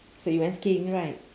so you went skiing right